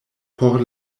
por